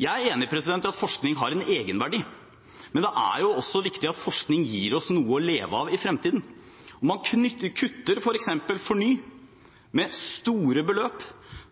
Jeg er enig i at forskning har en egenverdi, men det er jo også viktig at forskning gir oss noe å leve av i fremtiden. Når man f.eks. kutter i FORNY med store beløp,